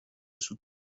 سود